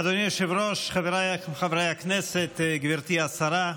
אדוני היושב-ראש, חבריי חברי הכנסת, גברתי השרה,